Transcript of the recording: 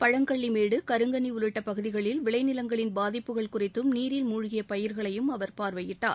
பழங்கள்ளிமேடு கருங்கண்ணி உள்ளிட்ட பகுதிகளில் விளை நிலங்களின் பாதிப்புகள் குறித்தும் நீரில் மூழ்கிய பயிர்களையும் அவர் பார்வையிட்டார்